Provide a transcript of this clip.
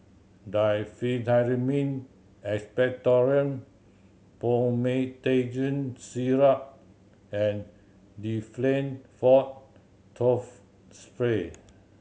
Diphenhydramine Expectorant Promethazine Syrup and Difflam Forte Throat Spray